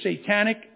satanic